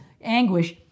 anguish